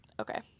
Okay